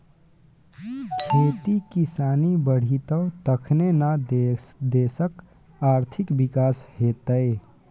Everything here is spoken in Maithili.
खेती किसानी बढ़ितै तखने न देशक आर्थिक विकास हेतेय